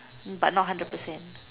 but not hundred percent